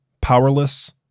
Powerless